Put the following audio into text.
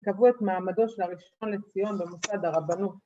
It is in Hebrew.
‫קבעו את מעמדו של הראשון לציון ‫במוסד הרבנות.